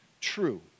true